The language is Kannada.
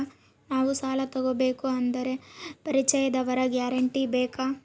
ನಾವು ಸಾಲ ತೋಗಬೇಕು ಅಂದರೆ ಪರಿಚಯದವರ ಗ್ಯಾರಂಟಿ ಬೇಕಾ?